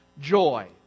joy